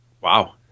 Wow